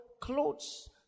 clothes